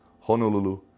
Honolulu